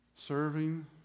Serving